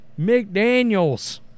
McDaniels